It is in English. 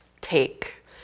take